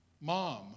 mom